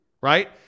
right